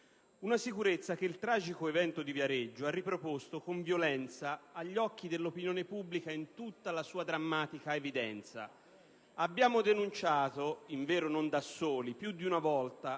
Una sicurezza che il tragico evento di Viareggio ha riproposto con violenza agli occhi dell'opinione pubblica in tutta la sua drammatica evidenza. Abbiamo denunciato - in vero non da soli - più di una volta,